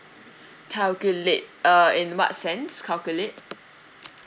calculate uh in what sense calculate